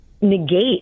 negate